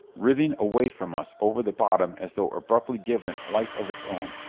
writhing away from us over the bottom as though abruptly given life of its own.